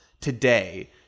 Today